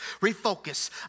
refocus